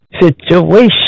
situation